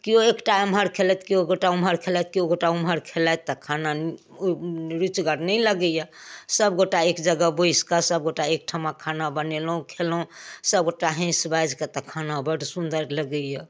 केओ एकटा एम्हर खेलथि केओ गोटा ओम्हर खेलथि केओगोटा ओम्हर खेलथि तऽ खाना ओहि रुचिगर नहि लगैए सभगोटा एक जगह बैसिकऽ सभगोटा एकठाम खाना बनेलहुँ खेलहुँ सभगोटा हँसि बाजिकऽ तऽ खाना बड़ सुन्दर लगैए